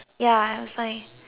uh ju